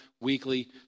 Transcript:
weekly